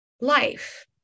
life